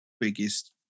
biggest –